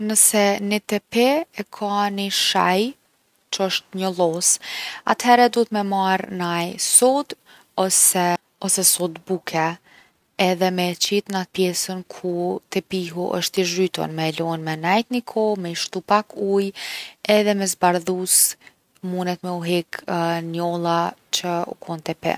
Nëse ni tepih e ka ni shejë që osht njollos, atëhere duhet me marr’ naj sodë ose ose sodë buke edhe me qit n’atë pjesën ku tepihu osht i zhytun, me e lon me nejt ni kohë, me i shtu pak ujë. Edhe ma zbardhus munet me u hek njolla që u kon n’tepih.